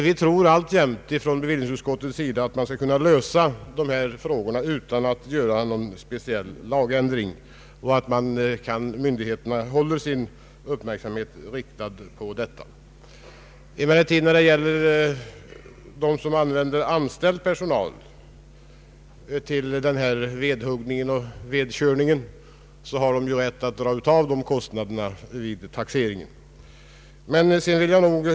Vi tror i bevillningsutskottet att man skall kunna lösa dessa frågor utan speciell lagändring genom att myndigheterna håller sin uppmärksamhet riktad på detta. De som använder anställd personal till vedhuggning och vedkörning har rätt att dra av kostnaderna för detta vid taxeringen.